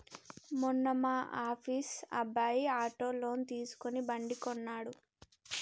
మొన్న మా ఆఫీస్ అబ్బాయి ఆటో లోన్ తీసుకుని బండి కొన్నడు